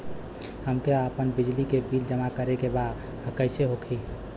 हमके आपन बिजली के बिल जमा करे के बा कैसे होई?